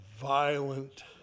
violent